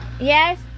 Yes